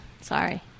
Sorry